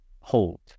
hold